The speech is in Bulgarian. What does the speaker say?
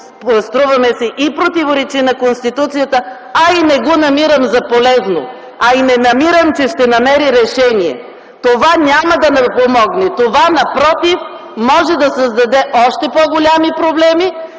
струва ми се, противоречи на Конституцията, не го намирам за полезно, а и не намирам, че ще намери решение. Това няма да помогне. Напротив, това може да създаде още по-големи проблеми.